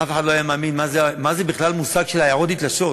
אף אחד לא הבין מה זה בכלל המושג של עיירות נתלשות.